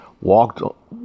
walked